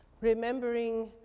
remembering